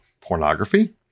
pornography